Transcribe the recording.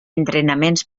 entrenaments